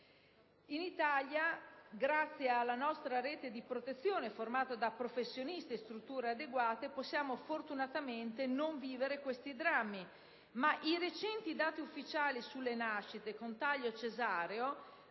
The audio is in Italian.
In Italia, grazie alla nostra rete di protezione formata da professionisti e strutture adeguate possiamo fortunatamente non vivere questi drammi, ma i recenti dati ufficiali sulle nascite con taglio cesareo